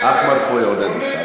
אחמד פה יעודד אותך, אל